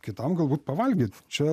kitam galbūt pavalgyt čia